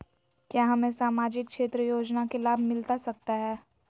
क्या हमें सामाजिक क्षेत्र योजना के लाभ मिलता सकता है?